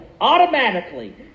automatically